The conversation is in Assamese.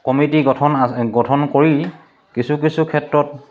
কমিটি গঠন আছে গঠন কৰি কিছু কিছু ক্ষেত্ৰত